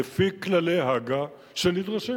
לפי כללי הג"א שנדרשים.